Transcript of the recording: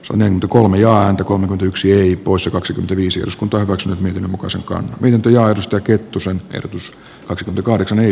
toinen kulmiaan kohonnut yksi oli poissa kaksikymmentäviisi osku torro z mihin koskaan viety markus mustajärven ehdotus kaksi kahdeksan ei